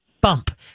Bump